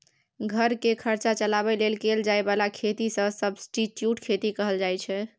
घर केर खर्चा चलाबे लेल कएल जाए बला खेती केँ सब्सटीट्युट खेती कहल जाइ छै